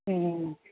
ಹ್ಞೂ